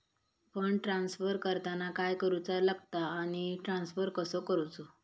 Fund transfer करताना काय करुचा लगता आनी ट्रान्स्फर कसो करूचो?